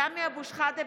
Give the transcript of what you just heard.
(קוראת בשמות חברי הכנסת) סמי אבו שחאדה,